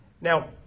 Now